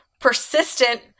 persistent